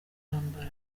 intambara